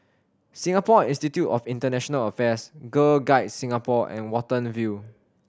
Singapore Institute of International Affairs Girl Guides Singapore and Watten View